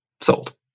Sold